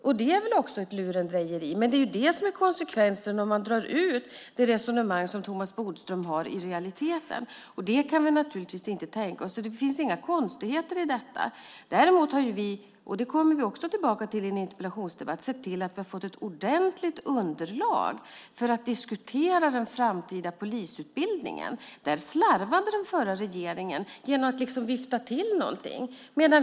Och det vore väl ett lurendrejeri. Men det är det som blir konsekvensen om man drar ut det resonemang som Thomas Bodström för i realiteten, och det kan vi naturligtvis inte tänka oss. Det finns inga konstigheter i detta. Däremot har vi - det kommer vi också tillbaka till i en interpellationsdebatt - sett till att vi har fått ett ordentligt underlag för att diskutera den framtida polisutbildningen. Där slarvade den förra regeringen genom att liksom vifta till någonting.